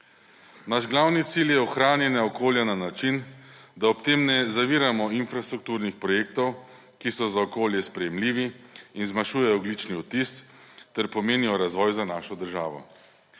Naš glavni cilj je ohranjanje okolja na način, da ob tem ne zaviramo infrastrukturnih projektov, ki so za okolje sprejemljivi in zmanjšujejo ogljični odtis ter pomenijo razvoj za našo državo.